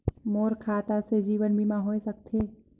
मोर खाता से जीवन बीमा होए सकथे?